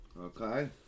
Okay